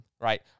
right